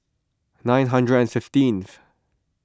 nine hundred and fifteenth